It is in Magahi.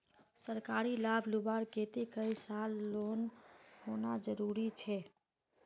सरकारी लाभ लुबार केते कई साल होना जरूरी छे?